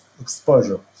exposure